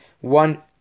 one